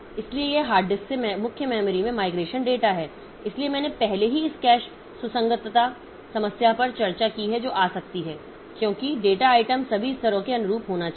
इसलिए ये hard disk से मुख्य मेमोरी में माइग्रेशन डेटा हैं इसलिए मैंने पहले ही इस कैश सुसंगतता समस्या पर चर्चा की है जो आ सकती है क्योंकि डेटा आइटम सभी स्तरों के अनुरूप होना चाहिए